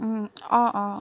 অঁ অঁ